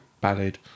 ballad